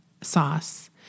sauce